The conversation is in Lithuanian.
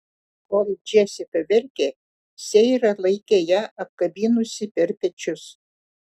kol džesika verkė seira laikė ją apkabinusi per pečius